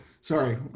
Sorry